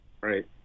Right